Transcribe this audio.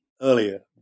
earlier